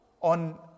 on